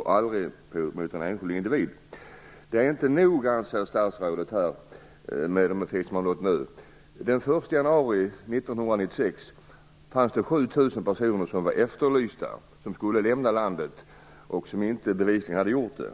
Statsrådet anser inte att det rör sig om tillräckligt många. Men den 1 januari 1996 var 7 000 personer efterlysta - personer som skulle lämna landet och som bevisligen inte gjort det.